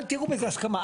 אל תראו בזה הסכמה.